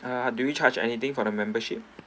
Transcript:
uh do you charge anything for the membership